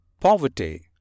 Poverty